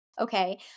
Okay